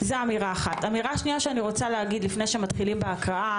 אמירה שנייה שאני רוצה להגיד לפני שמתחילים בהקראה